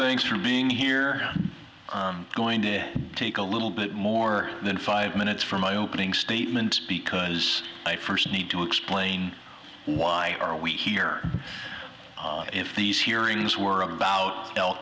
thanks for being here going to take a little bit more than five minutes for my opening statements because i first need to explain why are we here if these hearings were about al